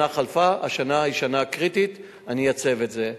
שנה חלפה, השנה היא שנה קריטית, אני אייצב את זה.